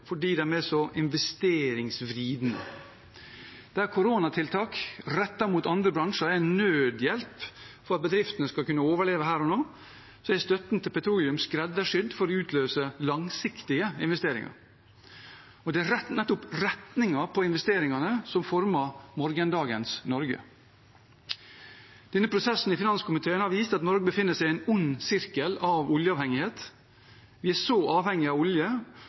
fordi de er så investeringsvridende. Der koronatiltak rettet mot andre bransjer er nødhjelp for at bedriftene skal kunne overleve her og nå, er støtten til petroleum skreddersydd for å utløse langsiktige investeringer. Det er nettopp retningen på investeringene som former morgendagens Norge. Denne prosessen i finanskomiteen har vist at Norge befinner seg i en ond sirkel av oljeavhengighet. Vi er så avhengig av olje